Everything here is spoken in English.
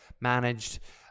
managed